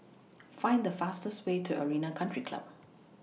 Find The fastest Way to Arena Country Club